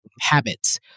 habits